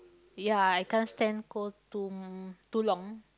ya I can't stand cold too too long